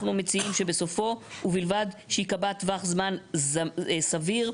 אנחנו מציעים שבסופו "ובלבד שייקבע טווח זמן סביר".